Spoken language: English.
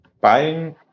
buying